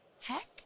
heck